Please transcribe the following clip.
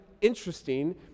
interesting